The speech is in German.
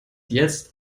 jetzt